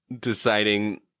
deciding